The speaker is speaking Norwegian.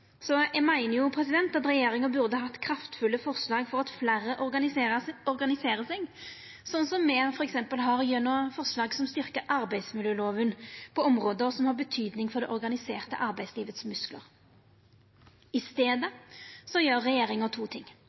Så eg meiner at regjeringa burde hatt kraftfulle forslag for at fleire organiserer seg, slik som me f.eks. har gjennom forslag som styrkjer arbeidsmiljøloven på område som har betydning for det organiserte arbeidslivets musklar. I staden gjer regjeringa to ting.